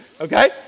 Okay